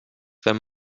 wenn